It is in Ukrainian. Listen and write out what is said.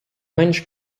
менш